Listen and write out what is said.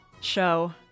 show